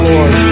Lord